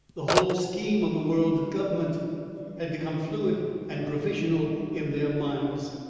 the whole scheme of the world's government had become fluid and provisional in their minds,